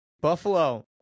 Buffalo